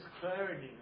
clarity